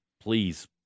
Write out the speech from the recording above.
please